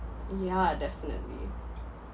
yeah definitely